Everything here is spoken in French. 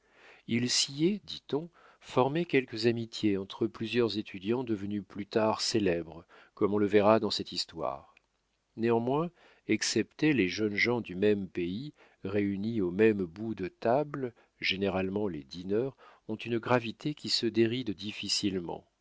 il s'y est dit-on formé quelques amitiés entre plusieurs étudiants devenus plus tard célèbres comme on le verra dans cette histoire néanmoins excepté les jeunes gens du même pays réunis au même bout de table généralement les dîneurs ont une gravité qui se déride difficilement